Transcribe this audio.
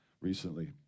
recently